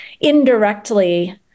indirectly